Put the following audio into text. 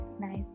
nice